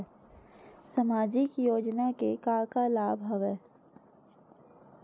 सामाजिक योजना के का का लाभ हवय?